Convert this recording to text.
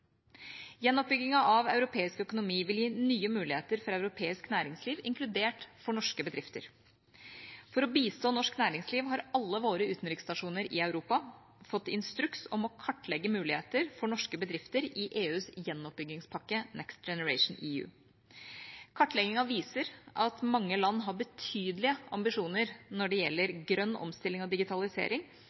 Gjenoppbyggingen av europeisk økonomi vil gi nye muligheter for europeisk næringsliv, inkludert for norske bedrifter. For å bistå norsk næringsliv har alle våre utenriksstasjoner i Europa fått instruks om å kartlegge muligheter for norske bedrifter i EUs gjenoppbyggingspakke Next Generation EU. Kartleggingen viser at mange land har betydelige ambisjoner når det gjelder grønn omstilling og digitalisering,